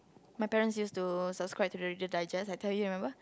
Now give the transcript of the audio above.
my parents used to subscript to the Reader Digest I tell you remember